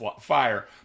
fire